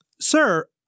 Sir